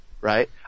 Right